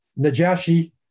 Najashi